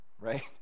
right